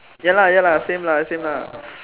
ya lah ya lah same lah same lah